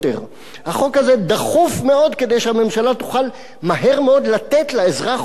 החוק הזה דחוף מאוד כדי שהממשלה תוכל מהר מאוד לתת לאזרח עוד כסף